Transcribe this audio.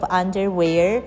underwear